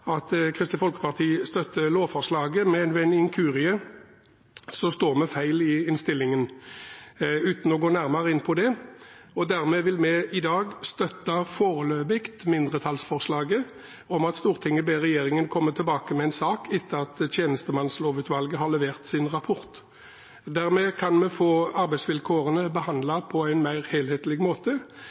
at Kristelig Folkeparti støtter lovforslaget. Men ved en inkurie står det feil i innstillingen – uten å gå nærmere inn på det – og dermed vil vi i dag foreløpig støtte mindretallsforslaget om at Stortinget ber regjeringen komme tilbake med en sak etter at tjenestemannslovsutvalget har levert sin rapport. Dermed kan vi få arbeidsvilkårene behandlet på en mer helhetlig måte.